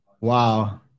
Wow